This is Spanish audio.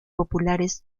populares